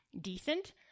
decent